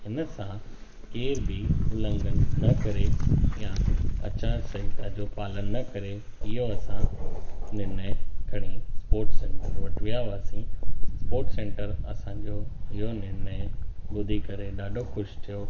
हिन सां केर बि उलंघन न करे या आचार सहिता जो पालन न करे इहो असां निर्णय खणी स्पोर्टस सैंटर वटि विया हुआसीं स्पोर्ट सैंटर असांजो इहो निर्णय ॿुधी करे ॾाढो ख़ुशि थियो